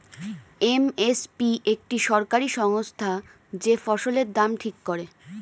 M S P একটি সরকারি সংস্থা যে ফসলের দাম ঠিক করে